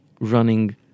running